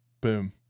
boom